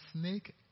snake